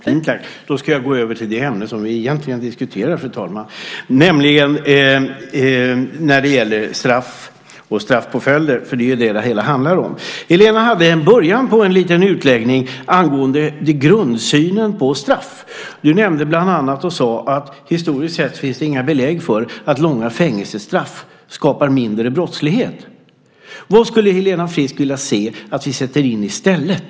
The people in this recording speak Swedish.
Fru talman! Då ska jag gå över till det ämne som vi egentligen diskuterar, nämligen straff och straffpåföljder. Det är ju det det handlar om. Helena hade en början på en liten utläggning angående grundsynen på straff. Du nämnde bland annat att det historiskt sett inte finns några belägg för att långa fängelsestraff skapar mindre brottslighet. Vad skulle Helena Frisk vilja se att vi sätter in i stället?